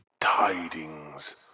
Tidings